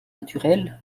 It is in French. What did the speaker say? naturelles